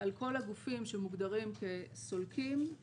על כל הגופים שמוגדרים כסולקים,